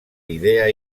idea